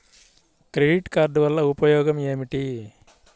Credit card వల్ల ఉపయోగం ఏమిటీ?